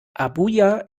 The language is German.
abuja